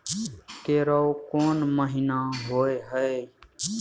केराव कोन महीना होय हय?